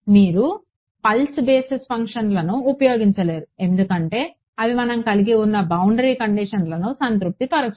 మీరు pulse basis ఫంక్షన్లను ఉపయోగించలేరు ఎందుకంటే అవి మనం కలిగి ఉన్న బౌండరీ కండిషన్లను సంతృప్తిపరచవు